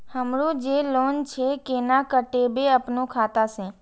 हमरो जे लोन छे केना कटेबे अपनो खाता से?